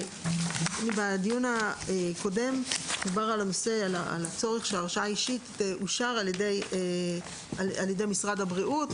בדיון הקודם דובר על הצורך שהרשאה אישית תאושר על-ידי משרד הבריאות,